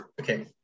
okay